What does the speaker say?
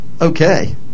Okay